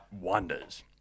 Wonders